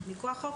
מכוח החוק,